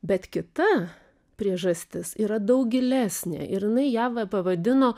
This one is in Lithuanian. bet kita priežastis yra daug gilesnė ir jinai ją va pavadino